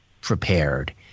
prepared